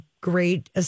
great